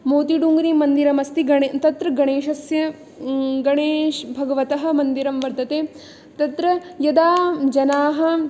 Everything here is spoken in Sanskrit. मोतीडूङ्गरीमन्दिरमस्ति गणे तत्र गणेशस्य गणेशभगवतः मन्दिरं वर्तते तत्र यदा जनाः